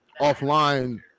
offline